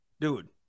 Dude